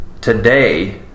today